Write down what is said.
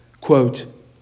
quote